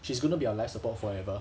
she's going to be on life support forever